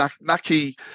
Naki